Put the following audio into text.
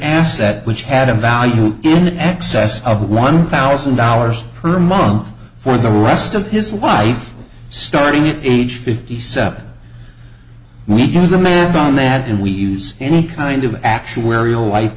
asset which had a value in excess of one thousand dollars per month for the rest of his wife starting at age fifty seven we do the math on that and we use any kind of actual wario life